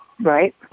Right